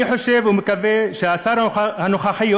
אני חושב ומקווה שלשר הנוכחי,